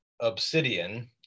Obsidian